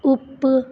ਉਪ